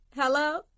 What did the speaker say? Hello